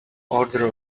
order